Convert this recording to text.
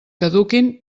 caduquin